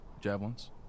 Javelins